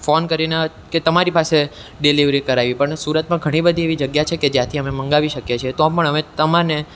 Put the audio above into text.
phone કરીને કે તમારી પાસે ડિલેવરી કરાવી પણ સુરતમાં ઘણી બધી એવી જગ્યા છે કે જ્યાંથી અમે મંગાવી શકીએ છે તો પણ અમે તમને